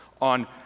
on